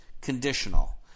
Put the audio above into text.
conditional